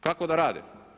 Kako da rade?